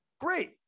Great